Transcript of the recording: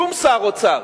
שום שר אוצר,